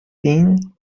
been